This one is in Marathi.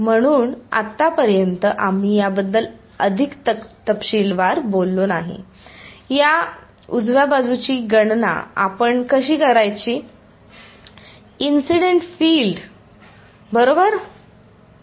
म्हणून आतापर्यंत आम्ही याबद्दल अधिक तपशीलवार बोललो नाही या उजव्या बाजूची गणना आपण कशी करायची इन्सिडेंट फील्ड बरोबर